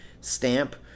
stamp